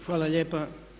Hvala lijepa.